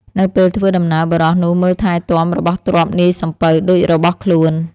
នៅពេលធ្វើដំណើរ បុរសនោះមើលថែទាំរបស់ទ្រព្យនាយសំពៅដូចរបស់ខ្លួន។